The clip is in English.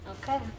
Okay